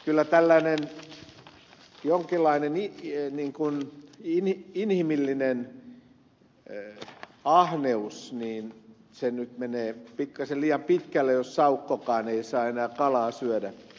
kyllä tällainen jonkinlainen inhimillinen ahneus nyt menee pikkasen liian pitkälle jos saukkokaan ei saa enää kalaa syödä